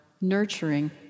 nurturing